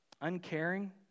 uncaring